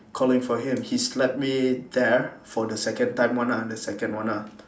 calling for him he slapped me there for the second time one ah the second one ah